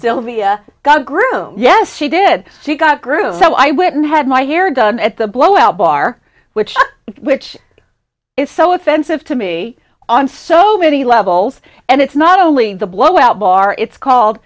groomed yes she did she got groove so i went and had my hair done at the blowout bar which which is so offensive to me on so many levels and it's not only the blowout bar it's called